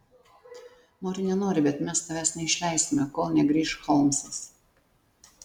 nori nenori bet mes tavęs neišleisime kol negrįš holmsas